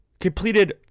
completed